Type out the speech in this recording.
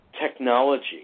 technology